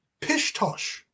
pishtosh